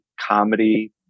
comedy